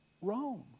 Rome